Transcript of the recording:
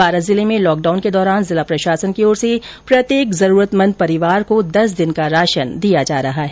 बारां जिले में लॉकडाउन के दौरान जिला प्रशासन की ओर से प्रत्येक जरूरतमंद परिवार को दस दिन का राशन दिया जा रहा है